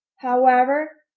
however,